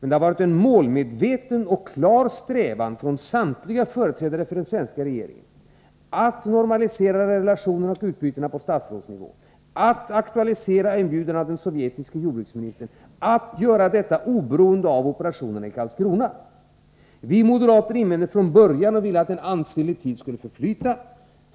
Det har varit en målmedveten och klar strävan från samtliga företrädare för den svenska regeringen att normalisera relationerna och utbytena på statsrådsnivå, att aktualisera inbjudan av den sovjetiske jordbruksministern och att göra detta oberoende av operationerna i Karlskrona. Vi moderater gjorde invändningar från början och ville att en ansenlig tid skulle förflyta.